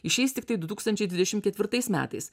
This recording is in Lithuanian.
išeis tiktai du tūkstančiai dvidešim ketvirtais metais